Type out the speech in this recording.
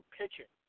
pitching